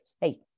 hey